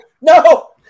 No